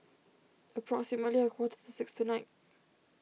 approximately a quarter to six tonight